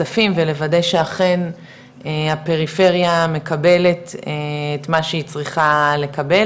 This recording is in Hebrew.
כספים ולוודא שאכן הפריפריה מקבלת את מה שהיא לקבל,